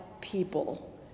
people